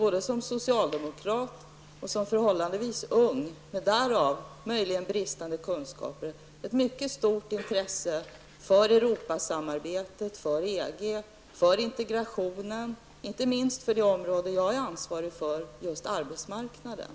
Både som socialdemokrat och så som varande förhållandevis ung -- med därav möjligen följande bristande kunskaper -- hyser jag ett stort intresse för Europasamarbetet, för EG och för integrationen, inte minst på det område som jag är ansvarig för, nämligen arbetsmarknaden.